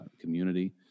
community